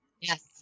Yes